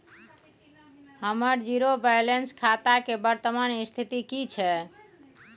हमर zero balance खाता के वर्तमान स्थिति की छै?